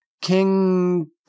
King